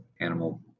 animal